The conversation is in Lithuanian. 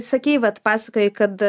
sakei vat pasakojai kad